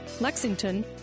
Lexington